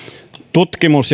tutkimus